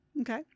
Okay